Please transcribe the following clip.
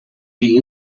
die